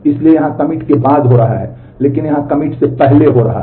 इसलिए यहां यह कमिट के बाद हो रहा है लेकिन यहां यह कमिट से पहले हो रहा है